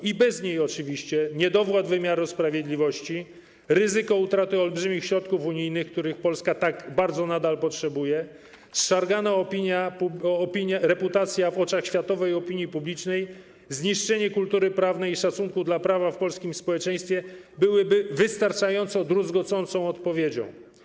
I bez niej oczywiście niedowład wymiaru sprawiedliwości, ryzyko utraty olbrzymich środków unijnych, których Polska tak bardzo nadal potrzebuje, zszargana opinia, reputacja w oczach światowej opinii publicznej, zniszczenie kultury prawnej i szacunku dla prawa w polskim społeczeństwie byłyby wystarczająco druzgocącą odpowiedzią.